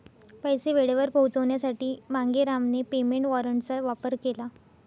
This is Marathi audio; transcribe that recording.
पैसे वेळेवर पोहोचवण्यासाठी मांगेरामने पेमेंट वॉरंटचा वापर केला